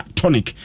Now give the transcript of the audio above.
tonic